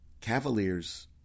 Cavaliers